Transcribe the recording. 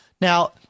Now